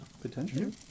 Potentially